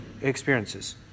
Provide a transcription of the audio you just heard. experiences